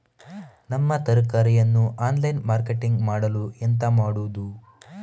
ನಮ್ಮ ತರಕಾರಿಯನ್ನು online marketing ಮಾಡಲು ಎಂತ ಮಾಡುದು?